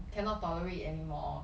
cannot tolerate it anymore